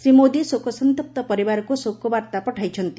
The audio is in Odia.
ଶ୍ରୀ ମୋଦି ଶୋକସନ୍ତପ୍ତ ପରିବାରକୁ ଶୋକବାର୍ତ୍ତା ପଠାଇଛନ୍ତି